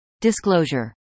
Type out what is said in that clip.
Disclosure